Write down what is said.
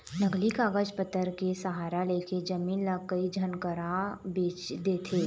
नकली कागज पतर के सहारा लेके जमीन ल कई झन करा बेंच देथे